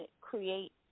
create